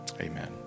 amen